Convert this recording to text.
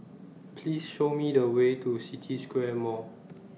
Please Show Me The Way to City Square Mall